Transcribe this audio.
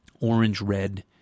Orange-red